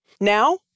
Now